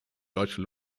deutsche